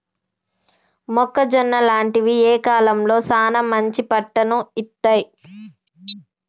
మొక్కజొన్న లాంటివి ఏ కాలంలో సానా మంచి పంటను ఇత్తయ్?